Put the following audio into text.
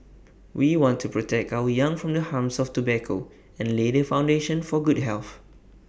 we want to protect our young from the harms of tobacco and lay the foundation for good health